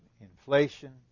inflation